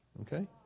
Okay